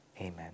Amen